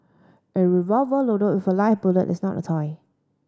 a revolver loaded with a live bullet is not a toy